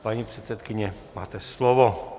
Paní předsedkyně, máte slovo.